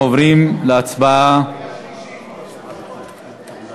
אנחנו עוברים להצבעה בקריאה שלישית.